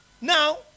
now